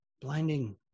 Blinding